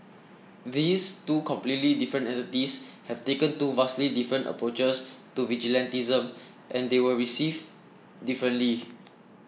these two completely different entities have taken two vastly different approaches to vigilantism and they were received differently